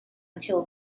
until